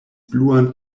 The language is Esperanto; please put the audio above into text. bluan